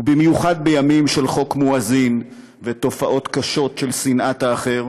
ובייחוד בימים של חוק המואזין ותופעות קשות של שנאת האחר,